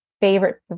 favorite